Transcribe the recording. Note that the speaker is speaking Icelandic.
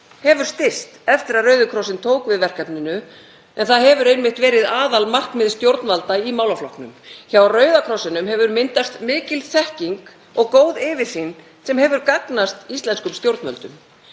hefur styst eftir að Rauði krossinn tók við verkefninu, en það hefur einmitt verið aðalmarkmið stjórnvalda í málaflokknum. Hjá Rauða krossinum hefur myndast mikil þekking og góð yfirsýn sem hefur gagnast íslenskum stjórnvöldum.